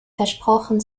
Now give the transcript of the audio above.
versprochen